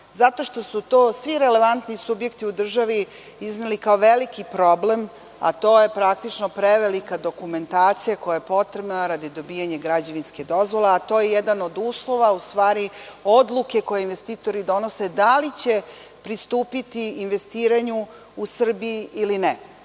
Zato što su to svi relevantni subjekti u državi izneli kao veliki problem, a to je praktično prevelika dokumentacija koja je potrebna radi dobijanja građevinske dozvole, a to je jedan od uslova, u stvari, odluke koje investitori donose da li će pristupiti investiranju u Srbiji ili ne.